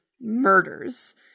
murders